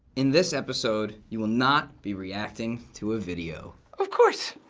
in this episode, you will not be reacting to a video. of course.